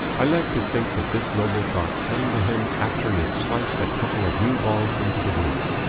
i like to think that this noble thought came to him after he had sliced a couple of new balls into the woods,